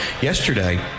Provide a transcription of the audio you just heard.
yesterday